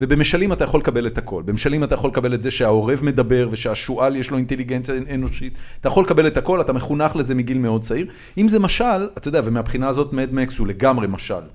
ובמשלים אתה יכול לקבל את הכל - במשלים אתה יכול לקבל את זה שהעורב מדבר ושהשועל יש לו אינטליגנציה אנושית. אתה יכול לקבל את הכל, אתה מחונך לזה מגיל מאוד צעיר. אם זה משל… אתה יודע, ומהבחינה הזאת Mad Max הוא לגמרי משל